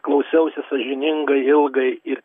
klausiausi sąžiningai ilgai ir